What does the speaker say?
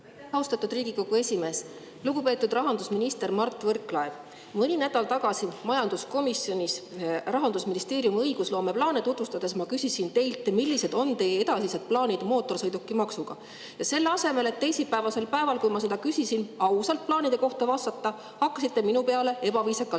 Austatud Riigikogu esimees! Lugupeetud rahandusminister Mart Võrklaev! Mõni nädal tagasi, kui te majanduskomisjonis Rahandusministeeriumi õigusloomeplaane tutvustasite, ma küsisin teilt, millised on teie edasised plaanid mootorsõidukimaksuga. Selle asemel et teisipäevasel päeval, kui ma seda küsisin, ausalt plaanide kohta vastata, hakkasite te minu peale ebaviisakalt